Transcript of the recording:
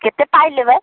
कत्तेक पाइ लेबै